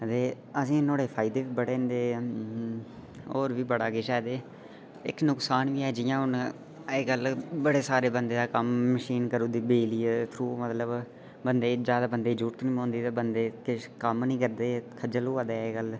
ते असें ईं नुहाड़े फायदे बी बड़े न ते होर बी बड़ा किश ऐ ते इक्क नुक्सान बी ऐ जियां हू'न अज्जकल बड़े सारे बंदे दा कम्म मशीन करू दी बिजलियै दे थ्रू तो मतलब बंदे दी जादे जरूरत बी पौंदी बंदे किश कम्म निं करदे खज्जल होआ दे अज्जकल